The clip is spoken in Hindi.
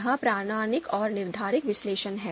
यह प्रामाणिक और निर्धारित विश्लेषण है